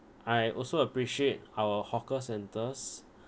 I also appreciate our hawker centres